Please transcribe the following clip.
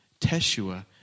Teshua